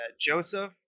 Joseph